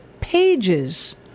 pages